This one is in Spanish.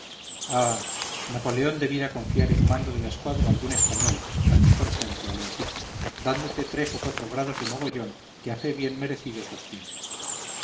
tanto ah napoleón debiera confiar el mando de la escuadra a algún español a ti por ejemplo alonsito dándote tres o cuatro grados de mogollón que a fe bien merecidos los tienes